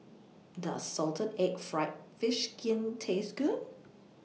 Does Salted Egg Fried Fish Skin Taste Good